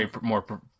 more